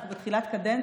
אנחנו בתחילת קדנציה,